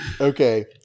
Okay